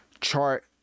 chart